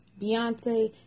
Beyonce